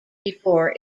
before